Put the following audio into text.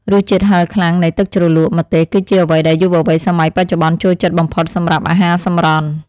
រសជាតិហឹរខ្លាំងនៃទឹកជ្រលក់ម្ទេសគឺជាអ្វីដែលយុវវ័យសម័យបច្ចុប្បន្នចូលចិត្តបំផុតសម្រាប់អាហារសម្រន់។